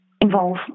involve